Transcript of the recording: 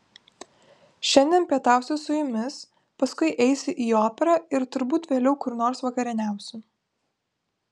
šiandien pietausiu su jumis paskui eisiu į operą ir turbūt vėliau kur nors vakarieniausiu